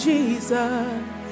Jesus